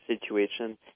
situation